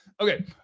Okay